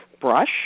brush